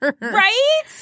Right